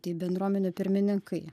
tai bendruomenių pirmininkai